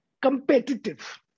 Competitive